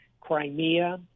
Crimea